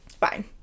fine